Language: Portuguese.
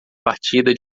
partida